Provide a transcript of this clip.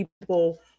people